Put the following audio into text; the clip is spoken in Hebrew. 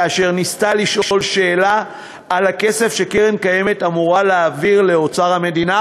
כאשר ניסתה לשאול שאלה על הכסף שקרן קיימת אמורה להעביר לאוצר המדינה,